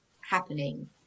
happening